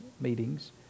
meetings